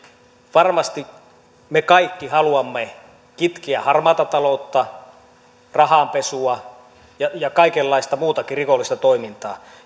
varmasti me kaikki haluamme kitkeä harmaata taloutta rahanpesua ja ja kaikenlaista muutakin rikollista toimintaa